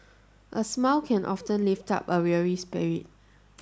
a smile can often lift up a weary spirit